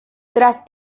tras